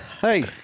Hey